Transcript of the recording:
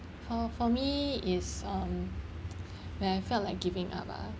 for for me is um when I felt like giving up ah